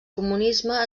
comunisme